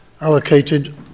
allocated